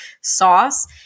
sauce